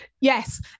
Yes